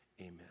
Amen